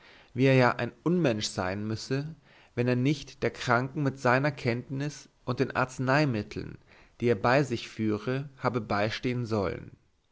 wie er ja ein unmensch sein müsse wenn er nicht der kranken mit seiner kenntnis und den arzneimitteln die er bei sich führe habe beistehen sollen